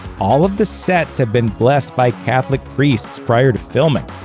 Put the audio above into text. all of the sets have been blessed by catholic priests prior to filming.